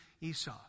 Esau